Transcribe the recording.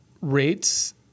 Rates